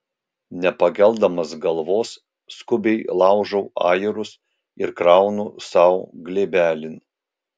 nepakeldamas galvos skubiai laužau ajerus ir kraunu sau glėbelin